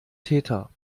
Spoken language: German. täter